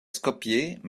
skopje